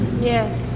Yes